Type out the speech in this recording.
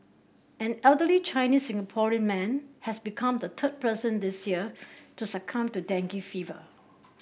an elderly Chinese Singaporean man has become the third person this year to succumb to dengue fever